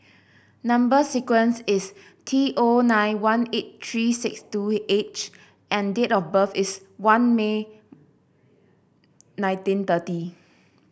number sequence is T O nine one eight three six two H and date of birth is one May nineteen thirty